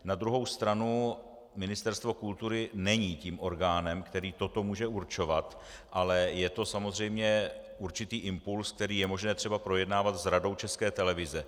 Na druhou stranu Ministerstvo kultury není tím orgánem, který toto může určovat, ale je to samozřejmě určitý impuls, který je možné třeba projednávat s Radou České televize.